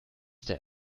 there